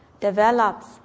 develops